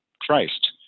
Christ